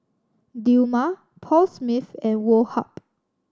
Dilmah Paul Smith and Woh Hup